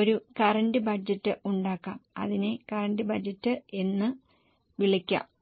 ഒരു current budget ഉണ്ടാക്കാം അതിനെ കറന്റ് ബജറ്റ് എന്ന് വിളിക്കാം